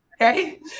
Okay